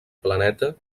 planeta